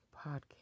podcast